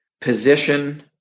position